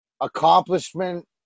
accomplishment